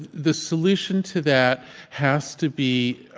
the solution to that has to be